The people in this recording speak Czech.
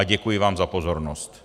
Děkuji vám za pozornost.